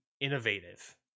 innovative